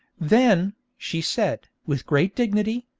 then, she said, with great dignity,